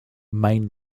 main